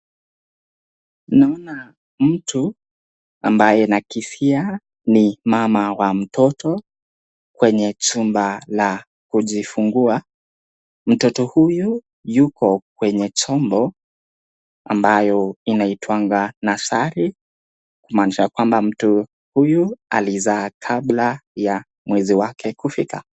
Naona mtu ambaye nakhisia ni mama wa mtoto kwenye chumba la kujifungua, mtoto huyu yuko kwenye chombo ambayo inaitwanga nursery kumaanisha kwamba mtu huyu alizaa kabla ya mwezi wake kufika.